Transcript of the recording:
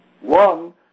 one